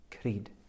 Creed